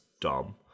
dumb